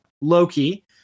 Loki